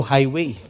Highway